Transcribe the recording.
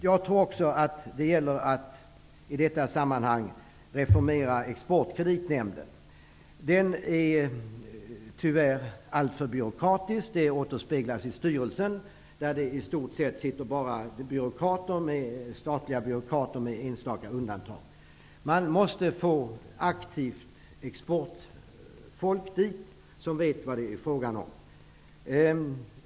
Jag tror också att det gäller att reformera Exportkreditnämnden. Den är tyvärr alltför byråkratisk. Det återspeglas i styrelsen, där det med enstaka undantag bara sitter statliga byråkrater. Man måste få in aktivt exportfolk som vet vad det är fråga om.